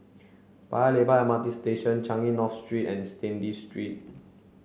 Paya Lebar M R T Station Changi North Street and Stanley Street